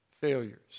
failures